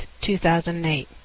2008